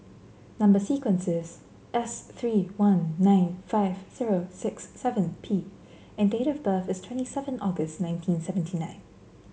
number sequence is S three one nine five zero six seven P and date of birth is twenty seven August nineteen seventy nine